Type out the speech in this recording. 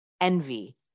envy